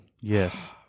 Yes